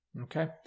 okay